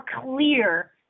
clear